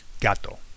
gato